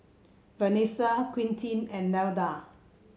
Vanesa Quintin and Nelda